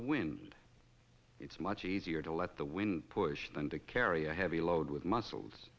the wind it's much easier to let the wind push than to carry a heavy load with muscles